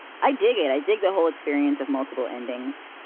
i dig it. i dig the whole experience of multiple endings.